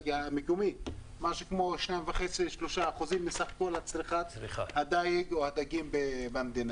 משהו כמו 2.5% או 3% מסך כל צריכת הדגים במדינה,